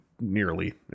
nearly